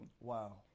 Wow